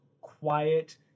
quiet